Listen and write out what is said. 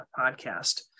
podcast